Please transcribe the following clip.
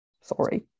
sorry